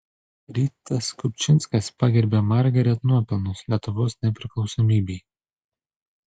rytas kupčinskas pagerbia margaret nuopelnus lietuvos nepriklausomybei